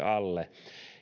alle